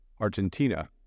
Argentina